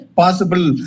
possible